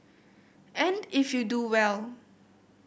and if you do well